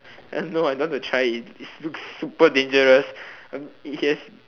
I don't know I don't want to try it it looks super dangerous uh he has